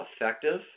effective